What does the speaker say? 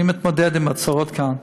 אני מתמודד עם הצרות כאן,